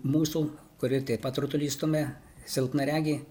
mūsų kuri taip pat rutulį stumia silpnaregė